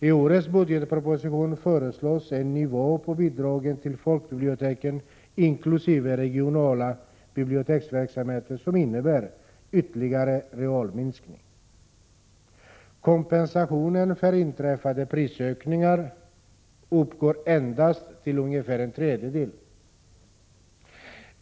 I årets budgetproposition föreslås en nivå på bidragen till folkbiblioteken, inkl. regional biblioteksverksamhet, som innebär ytterligare realminskning. Kompensationen för inträffade prisökningar uppgår endast till ungefär en tredjedel.